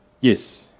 Yes